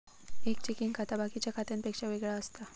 एक चेकिंग खाता बाकिच्या खात्यांपेक्षा वेगळा असता